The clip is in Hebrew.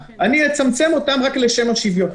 ונצמצם אותם רק לשם השוויון.